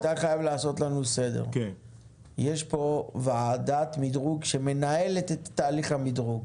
אתה חייב לעשות לנו סדר: יש פה ועדת מדרוג שמנהלת את תהליך המדרוג.